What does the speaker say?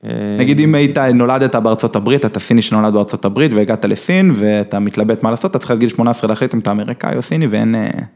נגיד אם היית נולדת בארצות הברית אתה סיני שנולד בארצות הברית והגעת לסין ואתה מתלבט מה לעשות אתה צריך עד גיל 18 להחליט אם אתה אמריקאי או סיני ואין.